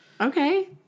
Okay